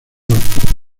martínez